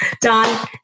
Don